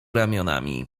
ramionami